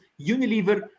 Unilever